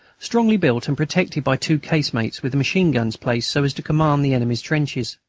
strongly built and protected by two casemates with machine-guns placed so as to command the enemy's trenches.